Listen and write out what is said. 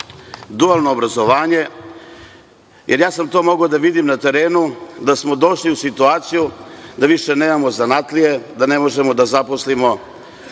Dualno obrazovanje. Mogao sam da vidim na terenu da smo došli u situaciju da više nemamo zanatlije, da ne možemo da zaposlimo